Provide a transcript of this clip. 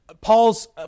Paul's